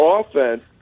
offense